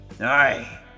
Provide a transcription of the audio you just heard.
Aye